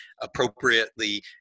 appropriately